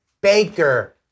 Baker